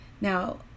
Now